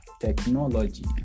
technology